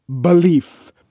belief